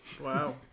Wow